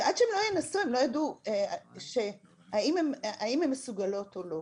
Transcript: שעד שהן לא ינסו הן לא ידעו האם הן מסוגלות או לא.